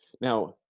Now